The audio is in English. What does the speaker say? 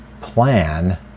plan